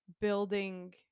building